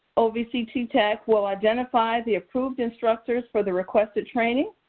ovc ttac will identify the approved instructors for the requested training.